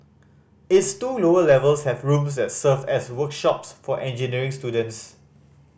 its two lower levels have rooms that serve as workshops for engineering students